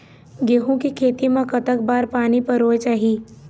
गेहूं के खेती मा कतक बार पानी परोए चाही?